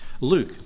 Luke